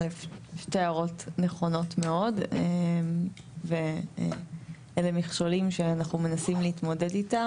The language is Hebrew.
שתי ההערות נכונות מאוד ואלה מכשולים שאנחנו מנסים להתמודד איתם,